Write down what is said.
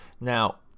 Now